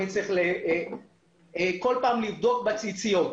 אני כל פעם צריך לבדוק בציציות.